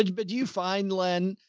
but do you find len,